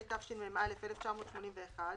התשמ"א 1981‏,